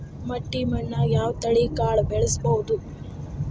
ಮಟ್ಟಿ ಮಣ್ಣಾಗ್, ಯಾವ ತಳಿ ಕಾಳ ಬೆಳ್ಸಬೋದು?